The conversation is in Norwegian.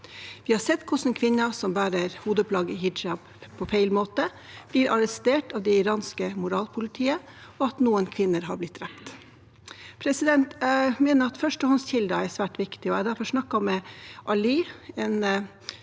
Vi har sett hvordan kvinner som bærer hodeplagget hijab på feil måte, blir arrestert av det iranske moralpolitiet, og at noen kvinner har blitt drept. Jeg mener at førstehåndskilder er svært viktige, og jeg har derfor snakket med Ali, en